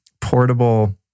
portable